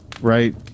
Right